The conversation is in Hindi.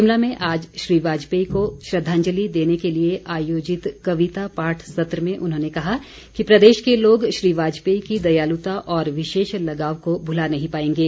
शिमला में आज श्री वाजपेयी को श्रद्धांजलि देने के लिए आयोजित कविता पाठ सत्र में उन्होंने कहा कि प्रदेश के लोग श्री वाजपेयी की दयालुता और विशेष लगाव को भुला नहीं पाएंगे